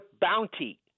bounty